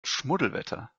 schmuddelwetter